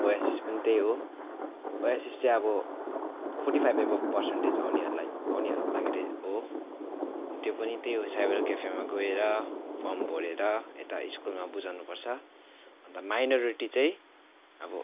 Oasis पनि त्यही हो ओयासिस चाहिँ अब फोर्टी फाइभ एभभ पर्सन्टेज आउनेहरूलाई आउनेहरूको लागि हो त्यो पनि त्यही हो साइबर क्याफेमा गएर फर्म भरेर यता स्कुलमा बुझाउनु पर्छ अन्त माइनोरिटी चाहिँ अब